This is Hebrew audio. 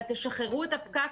אבל תשחררו את הפקק,